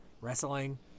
wrestling